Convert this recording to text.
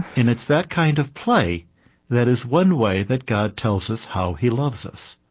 and it's that kind of play that is one way that god tells us how he loves us.